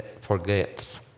forgets